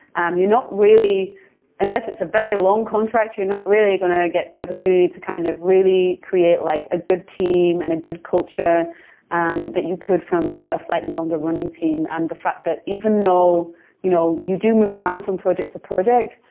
um not really unless it's a very long contract, you're not really going to get the opportunity to kind of really create like a good team and a good culture um that you could from you know a slightly longer running team. and the fact that even though you know you do do move around from project to project,